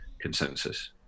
consensus